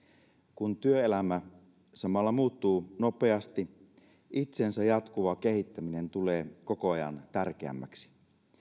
kun työelämä samalla muuttuu nopeasti itsensä jatkuva kehittäminen tulee koko ajan tärkeämmäksi